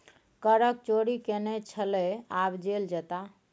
करक चोरि केने छलय आब जेल जेताह